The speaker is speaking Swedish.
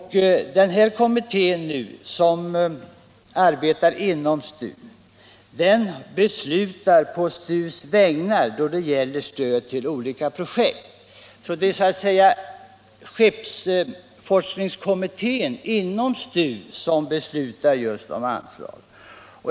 Den kommittén, som nu arbetar inom STU, beslutar på STU:s vägnar då det gäller stöd till olika projekt. Det är således skeppsforskningskommittén inom STU som fattar beslut om anslag.